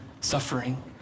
suffering